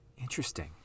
Interesting